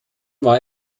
war